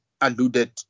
alluded